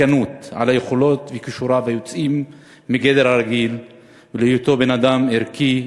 בכנות על יכולותיו וכישוריו היוצאים מגדר הרגיל ועל היותו בן-אדם ערכי,